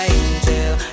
angel